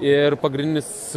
ir pagrindinis